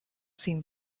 seemed